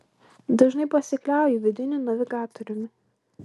dažnai pasikliauju vidiniu navigatoriumi